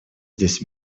здесь